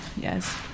yes